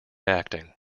acting